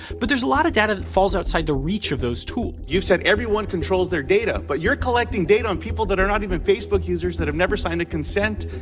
but there's a lotta data that falls outside the reach of those tools. you've said everyone controls their data, but you're collecting data on people that are not even facebook users, that have never signed a consent,